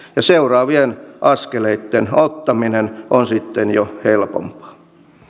seuraavien askeleitten ottaminen on sitten jo helpompaa